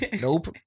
Nope